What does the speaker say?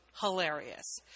hilarious